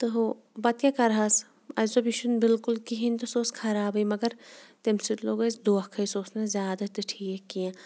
تہٕ ہُہ پَتہٕ کیٛاہ کَرٕہَس اَسہِ دوٚپ یہِ چھِنہٕ بالکل کِہیٖنۍ سُہ اوس خرابٕے مگر تٔمۍ سۭتۍ لوٚگ اَسہِ دھوکَے سُہ اوس نہٕ زیادٕ تہِ ٹھیٖک کینٛہہ